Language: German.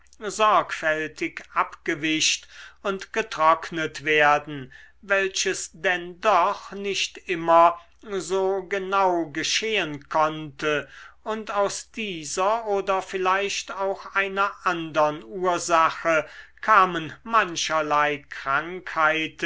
sorgfältig abgewischt und getrocknet werden welches denn doch nicht immer so genau geschehen konnte und aus dieser oder vielleicht auch einer andern ursache kamen mancherlei krankheiten